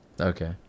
Okay